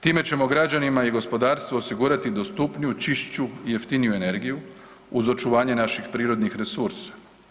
Time ćemo građanima i gospodarstvu osigurati dostupniju, čišću i jeftiniju energiju uz očuvanje naših poljoprivrednih resursa.